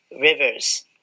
Rivers